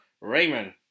Raymond